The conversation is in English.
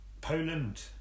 Poland